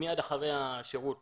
מיד אחרי השירות